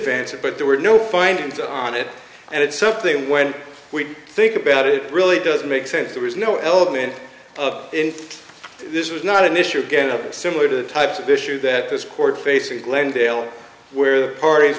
fancy but there were no findings on it and it's something when we think about it really doesn't make sense there is no element in this is not an issue again similar to the type of issue that this court facing glendale where the parties